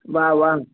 वा वा